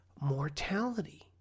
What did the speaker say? mortality